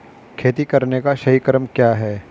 खेती करने का सही क्रम क्या है?